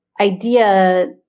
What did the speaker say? Idea